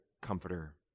comforter